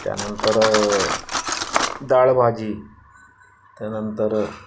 त्यानंतर डाळ भाजी त्यानंतर